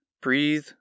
Breathe